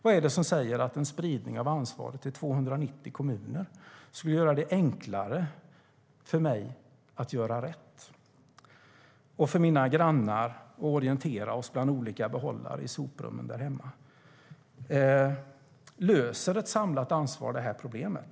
Vad är det som säger att en spridning av ansvaret i 290 kommuner skulle göra det enklare för mig och mina grannar att göra rätt och orientera oss bland olika behållare i soprummet där hemma? Löser ett samlat ansvar problemet?